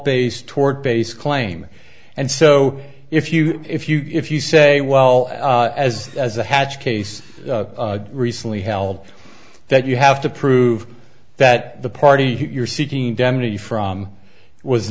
based tort based claim and so if you if you if you say well as as a hatch case recently held that you have to prove that the party you're seeking damages from was